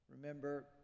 Remember